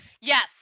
Yes